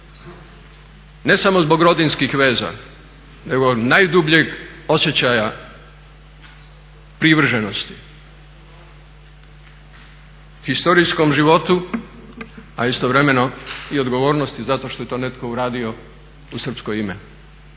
ne samo zbog rodbinskih veza nego najdubljeg osjećaja privrženosti historijskom životu, a istovremeno i odgovornosti zato što je to netko uradio u srpsko ime